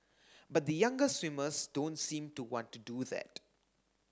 but the younger swimmers don't seem to want to do that